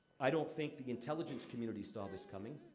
i don't think the intelligence community saw this coming.